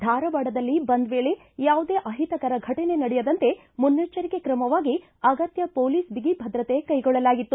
ಧಾರವಾಡದಲ್ಲಿ ಬಂದ್ ವೇಳೆ ಯಾವುದೇ ಅಹಿತಕರ ಫಟನೆ ನಡೆಯದಂತೆ ಮುನ್ನೆಚರಿಕೆ ಕ್ರಮವಾಗಿ ಅಗತ್ಯ ಪೊಲೀಸ್ ಬಿಗಿ ಭದ್ರತೆ ಕೈಗೊಳಲಾಗಿತ್ತು